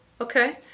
Okay